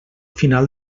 final